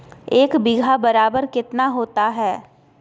एक बीघा बराबर कितना होता है?